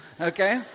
Okay